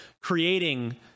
creating